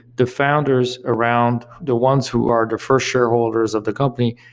the founders around the ones who are the first shareholders of the company,